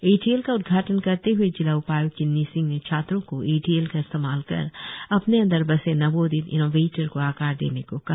ATL का उद्घाटन करते हए जिला उपाय्क्त किन्नी सिंह ने छात्रों को एटीएल का इस्तेमाल कर अपने अंदर बसे नवोदित इन्नोवेटर को आकार देने को कहा